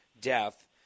death